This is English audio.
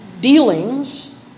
dealings